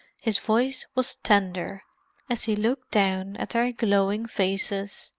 his voice was tender as he looked down at their glowing faces.